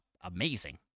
amazing